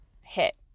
hit